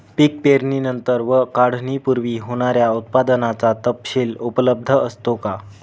पीक पेरणीनंतर व काढणीपूर्वी होणाऱ्या उत्पादनाचा तपशील उपलब्ध असतो का?